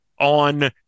on